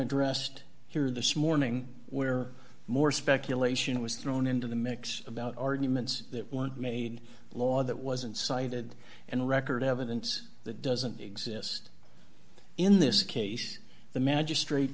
unaddressed here this morning where more speculation was thrown into the mix about arguments that weren't made law that wasn't cited and record evidence that doesn't exist in this case the magistra